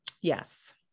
Yes